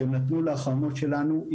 שנתנו לחממות שלנו,